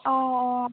অঁ অঁ